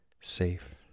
safe